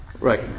Right